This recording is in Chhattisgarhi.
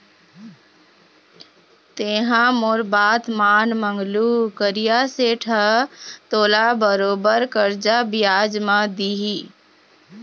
तेंहा मोर बात मान मंगलू करिया सेठ ह तोला बरोबर करजा बियाज म दिही